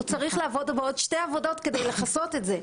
הוא צריך לעבוד בעוד שתי עבודות כדי לכסות את זה,